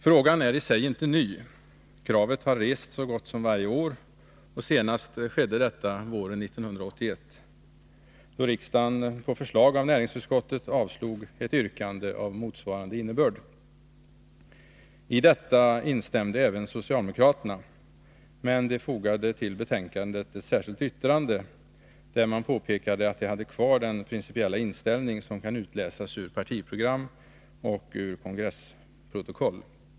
Frågan är i sig inte ny. Kravet har rests så gott som varje år. Senast skedde detta våren 1981, då riksdagen på förslag av näringsutskottet avslog ett yrkande av motsvarande innebörd. I detta instämde även socialdemokraterna, men de fogade till betänkandet ett särskilt yttrande, där de påpekade att de hade kvar den principiella inställning som kan utläsas ur partiprogram och kongressprotokoll.